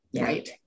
right